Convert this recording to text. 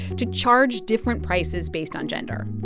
to charge different prices based on gender.